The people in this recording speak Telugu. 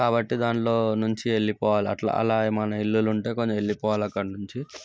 కాబట్టి దాంట్లో నుంచి వెళ్ళిపోవాలి అట్లా అలా ఏమన్నా ఇళ్ళు ఉంటే కొంచెం వెళ్ళిపోవాలి అక్కడ నుంచి